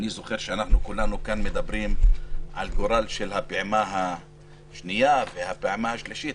כולנו כאן מדברים על הגורל של הפעימה השנייה והפעימה השלישית,